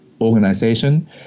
organization